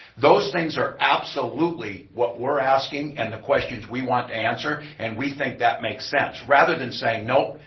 those things are absolutely what we're asking and the questions we want to answer, and we think that makes sense rather than saying nope,